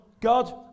God